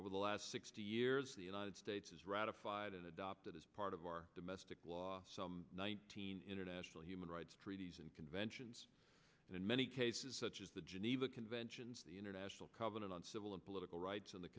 over the last sixty years the united states has ratified and adopted as part of our domestic law nineteen international human rights treaties and conventions and in many cases such as the geneva conventions the international covenant on civil and political rights and the